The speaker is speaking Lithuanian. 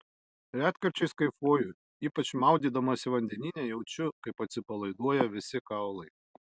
retkarčiais kaifuoju ypač maudydamasi vandenyne jaučiu kaip atsipalaiduoja visi kaulai